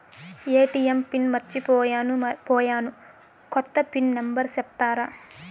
ATM pin మర్చిపోయాను పోయాను, కొత్త పిన్ నెంబర్ సెప్తారా?